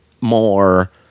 more